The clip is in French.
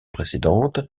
précédente